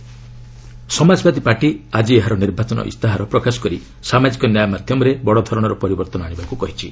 SP manifesto Samajwadi Party ଆଜି ଏହାର ନିର୍ବାଚନ ଇସ୍ତାହାର ପ୍ରକାଶ କରି ସାମାଜିକ ନ୍ୟାୟ ମାଧ୍ୟମରେ ବଡ଼ଧରଣର ପରିବର୍ତ୍ତନ ଆଶିବାକୁ କହିଛି